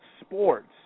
sports